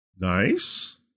Nice